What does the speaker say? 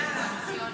יאללה.